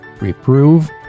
Reprove